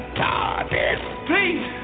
Please